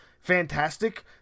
fantastic